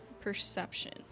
perception